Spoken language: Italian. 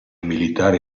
militari